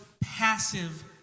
passive